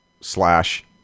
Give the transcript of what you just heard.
slash